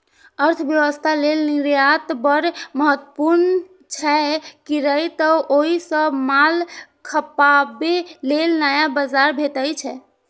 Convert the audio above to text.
अर्थव्यवस्था लेल निर्यात बड़ महत्वपूर्ण छै, कियै तं ओइ सं माल खपाबे लेल नया बाजार भेटै छै